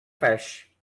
fish